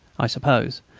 i suppose,